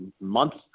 months